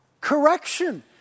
Correction